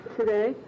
today